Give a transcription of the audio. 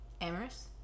Amorous